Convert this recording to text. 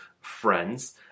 friends